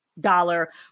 dollar